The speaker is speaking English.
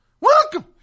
Welcome